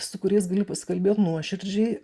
su kuriais gali pasikalbėt nuoširdžiai